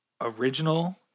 Original